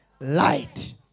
light